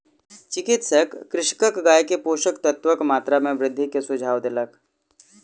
चिकित्सक कृषकक गाय के पोषक तत्वक मात्रा में वृद्धि के सुझाव देलक